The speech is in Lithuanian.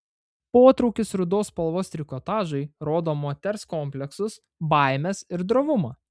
potraukis rudos spalvos trikotažui rodo moters kompleksus baimes ir drovumą